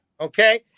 Okay